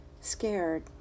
scared